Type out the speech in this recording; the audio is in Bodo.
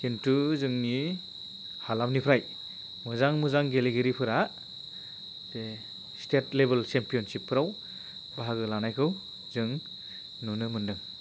किन्तु जोंनि हालामनिफ्राय मोजां मोजां गेलेगिरिफोरा बे स्टेट लेभेल चेम्पिय'नशिपफोराव बाहागो लानायखौ जों नुनो मोनदों